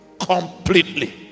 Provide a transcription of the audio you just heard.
completely